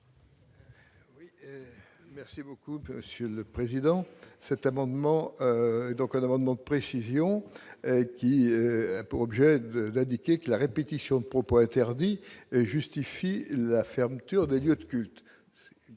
Merci beaucoup monsieur le président, cet amendement, donc on demande donc précision qui a pour objet d'indiquer que la répétition de propos interdit et justifie la fermeture de lieux de culte,